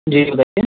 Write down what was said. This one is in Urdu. جی بتائیں